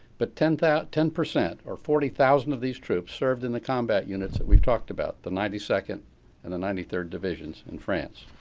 but ten thous, ten percent, or forty thousand of these troops served in the combat units that we've talked about, the ninety second and the ninety third divisions in france.